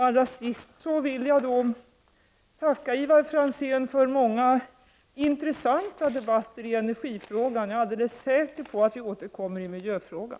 Allra sist vill jag tacka Ivar Franzén för många intressanta debatter i energifrågan. Jag är alldeles säker på att vi återkommer i miljöfrågan.